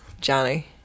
Johnny